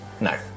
No